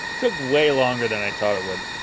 took way longer than i thought it would